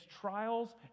trials